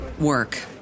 work